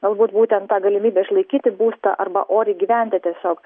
galbūt būtent tą galimybę išlaikyti būstą arba oriai gyventi tiesiog